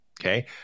Okay